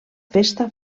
festa